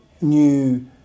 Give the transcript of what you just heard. new